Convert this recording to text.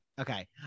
okay